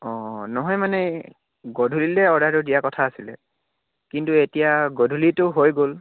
অঁ নহয় মানে গধূলিলৈ অৰ্ডাৰটো দিয়াৰ কথা আছিলে কিন্তু এতিয়া গধূলিটো হৈ গ'ল